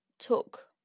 took